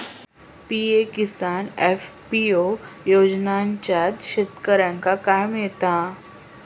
PM Kisan FPO योजनाच्यात शेतकऱ्यांका काय मिळता?